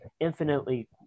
infinitely